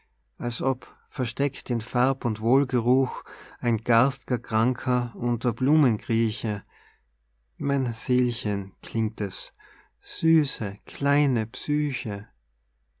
als ob versteckt in färb und wohlgeruch ein garst'ger kanker unter blumen krieche mein seelchen klingt es süße kleine psyche